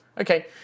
Okay